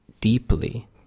deeply